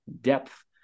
depth